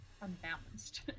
unbalanced